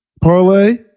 parlay